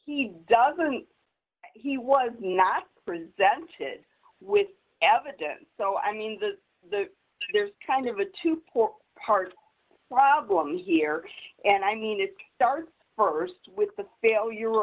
he doesn't he was not presented with evidence so i mean the the there's kind of a to pour part problem here and i mean it's starts st with the failure